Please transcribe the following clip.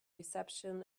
reception